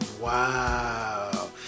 wow